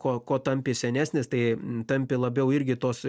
ko ko tampi senesnis tai tampi labiau irgi tos